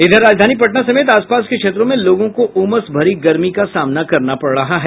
इधर राजधानी पटना समेत आसपास के क्षेत्रों में लोगों को उमस भरी गर्मी का सामना करना पड़ रहा है